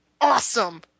awesome